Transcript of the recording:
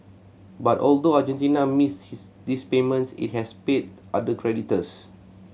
but although Argentina missed his this payment it has paid other creditors